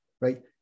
right